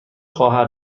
خواهر